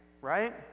right